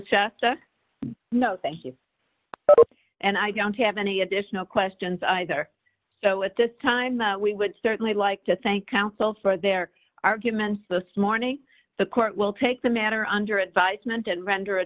septa no thank you d and i don't have any additional questions either so at this time we would certainly like to thank console for their arguments this morning the court will take the matter under advisement and render a